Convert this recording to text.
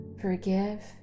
forgive